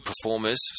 performers